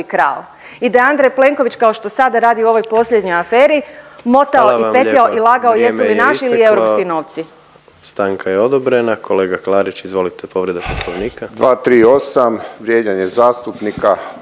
krao i da je Andrej Plenković, kao što sada radi u ovoj posljednjoj aferi, motao i petlja i lagao … .../Upadica: Hvala vam